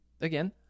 again